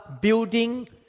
building